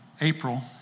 April